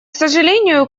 сожалению